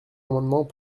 amendements